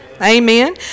Amen